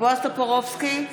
בועז טופורובסקי,